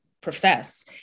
profess